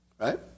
Right